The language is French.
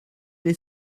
les